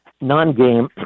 non-game